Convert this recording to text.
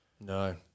No